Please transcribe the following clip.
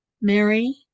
Mary